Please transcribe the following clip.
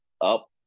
up